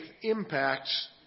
impacts